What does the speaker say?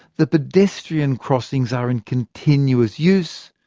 the pedestrian crossings are in continuous use.